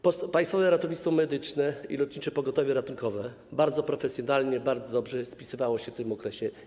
Państwowe Ratownictwo Medyczne i Lotnicze Pogotowie Ratunkowe bardzo profesjonalnie, bardzo dobrze spisywały się w tym okresie.